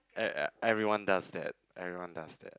e~ everyone does that everyone does that